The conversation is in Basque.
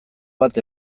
bat